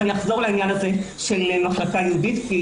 אחזור לעניין הזה של מחלקה ייעודית כי,